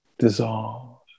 dissolve